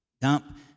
Dump